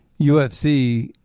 UFC